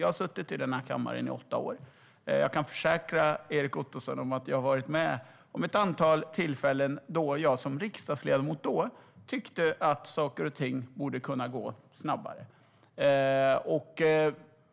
Jag har suttit i denna kammare i åtta år, och jag kan försäkra Erik Ottoson att jag har varit med om ett antal tillfällen då jag som riksdagsledamot har tyckt att det borde kunna gå snabbare.